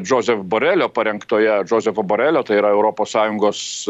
džozef borelio parengtoje džozefo borelio tai yra europos sąjungos